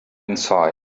inside